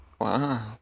Wow